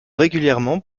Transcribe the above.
régulièrement